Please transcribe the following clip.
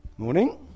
morning